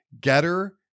Getter